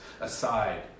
aside